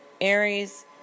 Aries